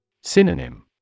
Synonym